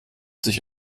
sich